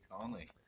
Conley